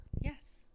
Yes